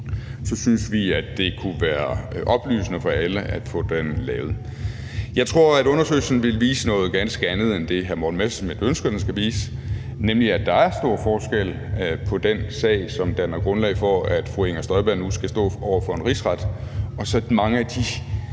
så synes vi, at det kunne være oplysende for alle at få den lavet. Jeg tror, at undersøgelsen vil vise noget ganske andet end det, hr. Morten Messerschmidt ønsker den skal vise, nemlig at der er stor forskel på den sag, som danner grundlag for, at fru Inger Støjberg nu skal stå over for en rigsret, og så alle de